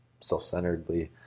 self-centeredly